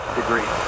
degree